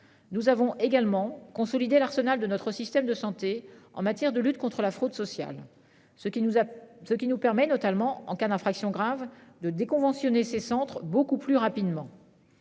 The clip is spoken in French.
Nous avons également consolider l'arsenal de notre système de santé en matière de lutte contre la fraude sociale. Ce qui nous a, ce qui nous permet notamment en cas d'infraction grave de déconventionner ces Centre beaucoup plus rapidement.